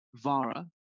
VARA